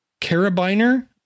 carabiner